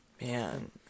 Man